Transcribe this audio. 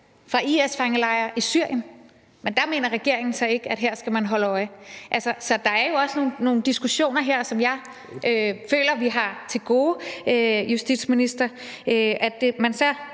fra IS-fangelejre i Syrien. Men dér mener regeringen så ikke at man skal holde øje. Så der er jo altså også nogle diskussioner her, som jeg føler, vi har til gode, justitsminister – at man